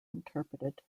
interpreted